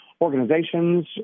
organizations